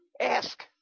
ask